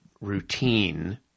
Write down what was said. routine